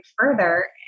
further